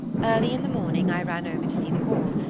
early in the morning i ran over to see the hall.